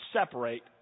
separate